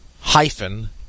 hyphen